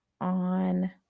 on